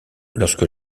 lorsque